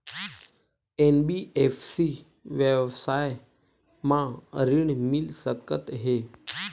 NBFC व्यवसाय मा ऋण मिल सकत हे